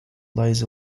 lies